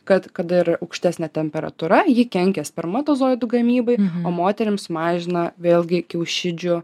kad kada yra aukštesnė temperatūra ji kenkia spermatozoidų gamybai o moterims mažina vėlgi kiaušidžių